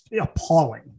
appalling